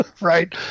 right